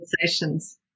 Conversations